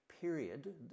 period